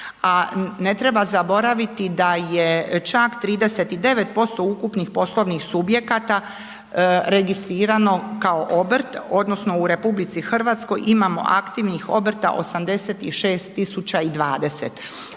ne treba zaboraviti da je čak 39% ukupnih poslovnih subjekata registrirano kao obrt odnosno u RH imamo aktivnih obrta 86.020.